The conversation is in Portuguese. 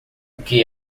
que